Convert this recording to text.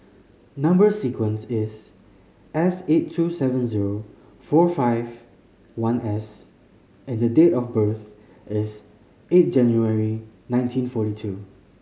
number sequence is S eight two seven zero four five one S and date of birth is eight January nineteen forty two